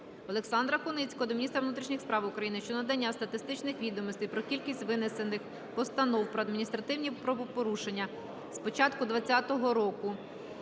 Олександра Куницького до міністра внутрішніх справ України щодо надання статистичних відомостей про кількість винесених постанов про адміністративні правопорушення з початку 20-го року,